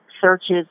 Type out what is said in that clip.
searches